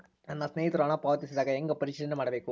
ನನ್ನ ಸ್ನೇಹಿತರು ಹಣ ಪಾವತಿಸಿದಾಗ ಹೆಂಗ ಪರಿಶೇಲನೆ ಮಾಡಬೇಕು?